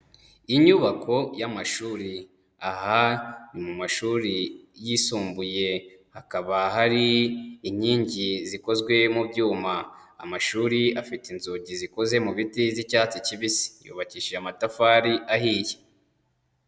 Inyubako y'amashuri, aha ni mu mashuri yisumbuye, hakaba hari inkingi zikozwe mu byuma, amashuri afite inzugi zikoze mu biti z'icyatsi kibisi, yubakishije amatafari ahiye.